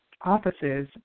offices